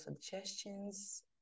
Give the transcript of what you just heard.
suggestions